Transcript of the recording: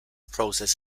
process